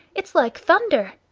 it's like thunder.